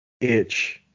itch